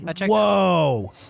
Whoa